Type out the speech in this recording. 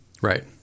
Right